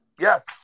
yes